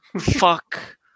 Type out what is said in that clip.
fuck